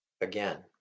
Again